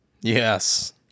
yes